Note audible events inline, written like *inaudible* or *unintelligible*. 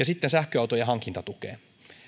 *unintelligible* sitten sähköautojen hankintatukeen